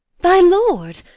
thy lord?